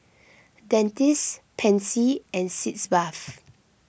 Dentiste Pansy and Sitz Bath